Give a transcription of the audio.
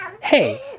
hey